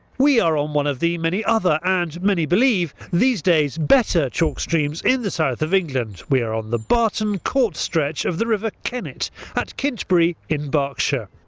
we are on one of the many other and, many believe, these days better chalkstreams in the south of england. we are on the barton court stretch of the river kennet at kintbury in berkshire.